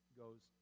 goes